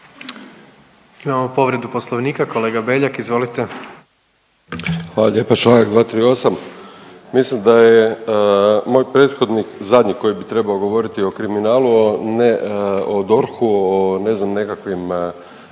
Imamo povredu Poslovnika kolega Beljak, izvolite. **Beljak, Krešo (HSS)** Hvala lijepa. Članak 238. Mislim da je moj prethodnik zadnji koji bi trebao govoriti o kriminalu, a ne o DORH-u, o ne znam nekakvim